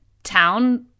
town